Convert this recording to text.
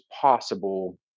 possible